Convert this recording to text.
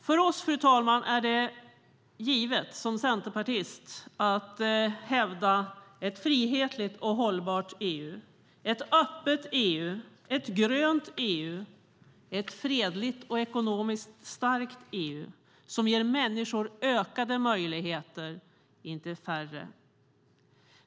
För oss, fru talman, och för mig som centerpartist är det givet att hävda ett frihetligt och hållbart EU, ett öppet EU, ett grönt EU och ett fredligt och ekonomiskt starkt EU som ger människor ökade möjligheter - inte färre.